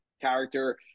character